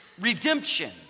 redemption